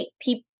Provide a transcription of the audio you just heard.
people